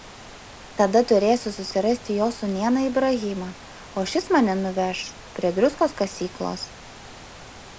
tada turėsiu susirasti jo sūnėną ibrahimą o šis mane nuveš prie druskos kasyklos